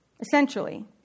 essentially